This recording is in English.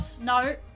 no